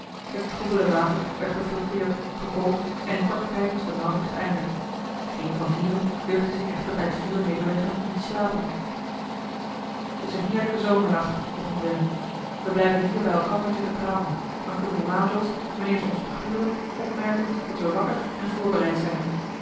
het troebele water werd gefiltreerd gekookt en in korten tijd was de maaltijd geëindigd geen van vieren durfde zich echter bij het vuur nederleggen om te slapen t is een heerlijke zomernacht begon willem we blijven hier bij elkander zitten praten dan kunnen de majols wanneer ze ons begluren opmerken dat we wakker en voorbereid zijn